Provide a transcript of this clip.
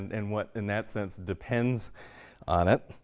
and what in that sense depends on it